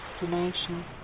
destination